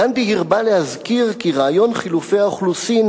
גנדי הרבה להזכיר כי רעיון חילופי האוכלוסין,